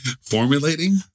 Formulating